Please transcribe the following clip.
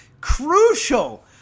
crucial